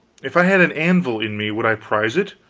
if i had an anvil in me would i prize it?